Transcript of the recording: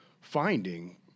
finding